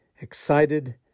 excited